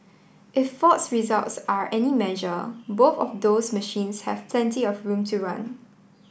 if Ford's results are any measure both of those machines have plenty of room to run